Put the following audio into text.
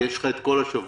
כי יש לך את כל השבוע,